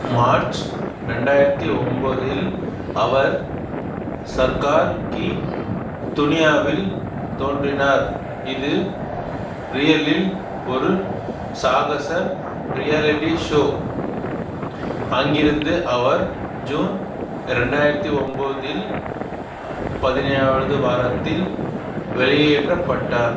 March ரெண்டாயிரத்தி ஒம்பதில் அவர் சர்கார் கி துனியாவில் தோன்றினார் இது ரியலில் ஒரு சாகச ரியாலிட்டி ஷோ அங்கேருந்து அவர் ஜூன் ரெண்டாயிரத்தி ஒம்பதில் பதினேழாவது வாரத்தில் வெளியேற்றப்பட்டார்